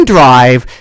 Drive